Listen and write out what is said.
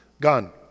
gone